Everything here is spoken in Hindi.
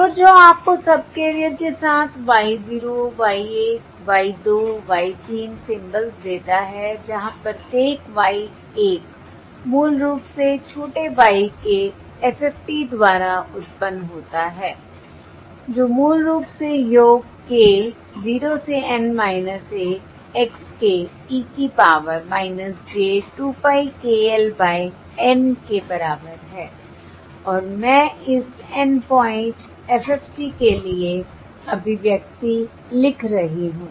और जो आपको सबकैरियर के साथ y 0 y 1 y 2 y 3 symbols देता है जहां प्रत्येक Y l मूल रूप से छोटे y के FFT द्वारा उत्पन्न होता है जो मूल रूप से योग k 0 से N 1 x k e की power j 2 pie k l by N के बराबर है और मैं इस N पॉइंट FFT के लिए अभिव्यक्ति लिख रही हूं